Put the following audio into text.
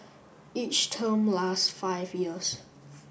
each term lasts five years